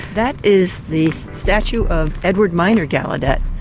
that is the statue of edward miner gallaudet,